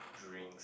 drinks